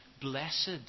Blessed